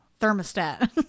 thermostat